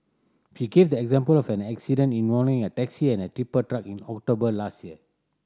she gave the example of an accident involving a taxi and a tipper truck in October last year